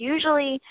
Usually